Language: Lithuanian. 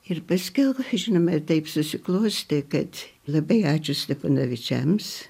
ir paskiau žinoma ir taip susiklostė kad labai ačiū steponavičiams